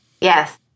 yes